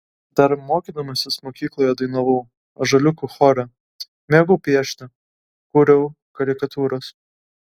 dar mokydamasis mokykloje dainavau ąžuoliuko chore mėgau piešti kūriau karikatūras